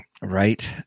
Right